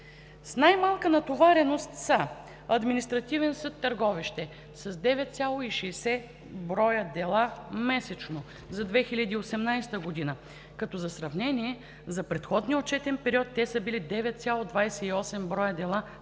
С най-малка натовареност са: Административен съд – Търговище – 9,60 броя дела месечно за 2018 г., като за сравнение за предходния отчетен период те са били 9,28 броя дела месечно;